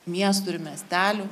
miestų ir miestelių